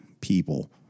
people